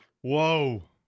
Whoa